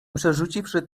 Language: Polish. przerzuciwszy